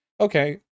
Okay